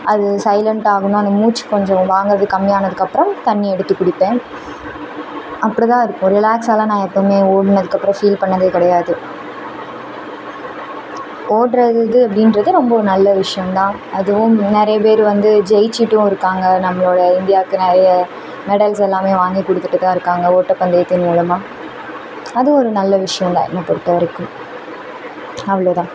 அது சைலண்ட் ஆகணும் அந்த மூச்சு கொஞ்சம் வாங்கிறது கம்மியானதுக்கு அப்புறம் தண்ணி எடுத்து குடிப்பேன் அப்படி தான் இருப்போம் ரிலாக்ஸ்ஸெலாம் நான் எப்போவுமே ஓடுனதுக்கு அப்புறம் ஃபீல் பண்ணது கிடையாது ஓடுறது இது அப்படின்றது ரொம்ப ஒரு நல்ல விஷயம்தான் அதுவும் நிறைய பேர் வந்து ஜெயிச்சுட்டும் இருக்காங்க நம்மளோடய இந்தியாக்கு நிறைய மெடல்ஸ் எல்லாமே வாங்கி கொடுத்துட்டு தான் இருக்காங்க ஓட்டப்பந்தயத்தின் மூலமாக அதுவும் ஒரு நல்ல விஷயம்தான் என்ன பொறுத்த வரைக்கும் அவ்வளோ தான்